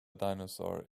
dinosaur